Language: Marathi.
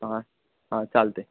हां हां चालतं आहे